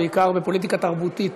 בעיקר בפוליטיקה תרבותית.